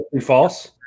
False